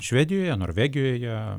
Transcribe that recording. švedijoje norvegijoje